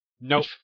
Nope